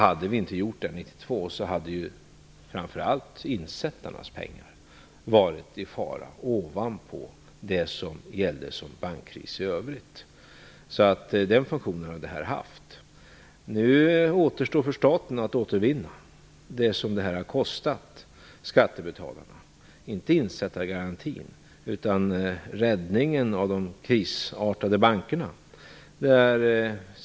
Om vi inte hade gjort det 1992 hade framför allt insättarnas pengar varit i fara förutom vad som gällde som bankkris i övrigt. Den funktionen har detta haft. Nu återstår för staten att återvinna det som detta har kostat skattebetalarna; inte insättargarantin, utan räddningen av de krisartade bankerna.